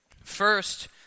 first